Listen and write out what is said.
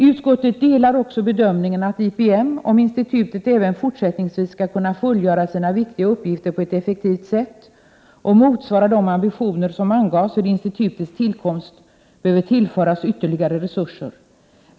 Utskottet delar också bedömningen att IPM, om institutet även fortsättningsvis skall kunna fullgöra sina viktiga uppgifter på ett effektivt sätt och motsvara de ambitioner som angavs vid institutets tillkomst, behöver tillföras ytterligare resurser.